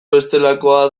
bestelakoa